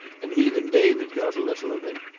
and even david got a little of it.